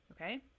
okay